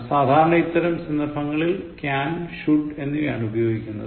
സാധാരണ ഇത്തരം സന്ദർഭങ്ങളിൽ can should എന്നിവയാണ് ഉപയോഗിക്കുനത്